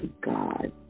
God